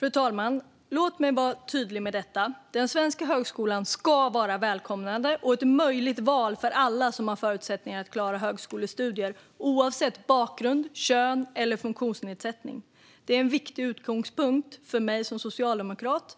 Fru talman! Låt mig vara tydlig med att den svenska högskolan ska vara välkomnande och ett möjligt val för alla som har förutsättningar att klara högskolestudier, oavsett bakgrund, kön eller funktionsnedsättning. Det är en viktig utgångspunkt för mig som socialdemokrat